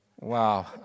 wow